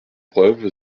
preuve